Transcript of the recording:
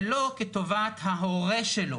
ולא כטובת ההורה שלו,